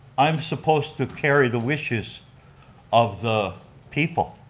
i'm supposed to carry the wishes of the people.